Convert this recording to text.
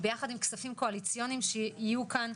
ביחד עם כספים קואליציוניים שיהיו כאן,